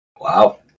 Wow